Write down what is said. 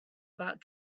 about